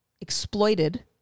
exploited